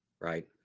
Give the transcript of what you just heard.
right